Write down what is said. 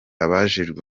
abajejwe